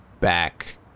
back